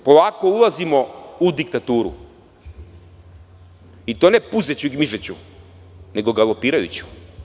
Polako ulazimo u diktaturu, i to ne pužeću i gmižeću, nego galopirajuću.